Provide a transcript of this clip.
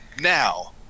now